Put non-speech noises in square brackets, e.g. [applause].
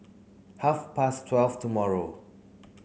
half [noise] past twelve [noise] tomorrow